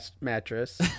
mattress